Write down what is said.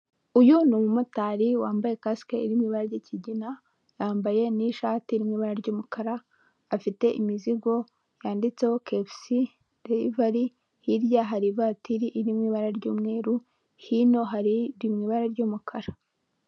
Uyu ni umumotari wambaye kasike iri mu ibara ry'ikigina, yambaye n'ishati iri mu ibara ry'umukara, afite imizigo yanditseho KFC derivari, hirya hari ivatiri iri mu ibara ry'umweru, hino hari iri mu ibara ry'umukara.